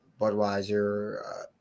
Budweiser